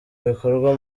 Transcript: bikorwa